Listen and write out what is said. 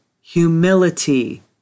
humility